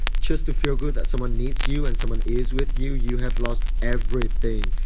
just to feel good that someone needs you and someone is with you you have lost everything,